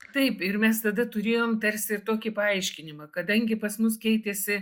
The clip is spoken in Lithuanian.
taip ir mes tada turėjom tarsi ir tokį paaiškinimą kadangi pas mus keitėsi